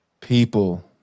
People